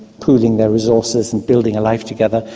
pooling their resources and building a life together,